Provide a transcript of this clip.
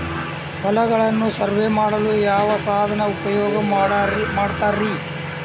ಹೊಲಗಳನ್ನು ಸರ್ವೇ ಮಾಡಲು ಯಾವ ಸಾಧನ ಉಪಯೋಗ ಮಾಡ್ತಾರ ರಿ?